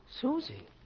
Susie